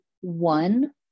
one